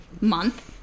month